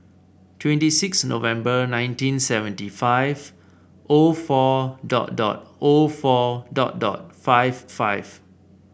twenty six November nineteen seventy five O four dot dot O four dot dot five five